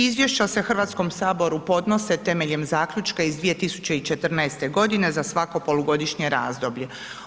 Izvješća se Hrvatskom saboru podnose temeljem zaključka iz 2014. godine za svako polugodišnje razdoblje.